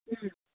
ம்